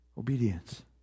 Obedience